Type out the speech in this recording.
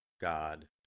God